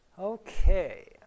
Okay